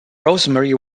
rosemary